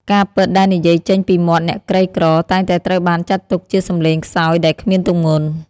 ការពិតដែលនិយាយចេញពីមាត់អ្នកក្រីក្រ តែងតែត្រូវបានចាត់ទុកជាសំឡេងខ្សោយដែលគ្មានទម្ងន់។